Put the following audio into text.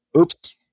oops